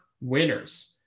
winners